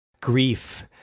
grief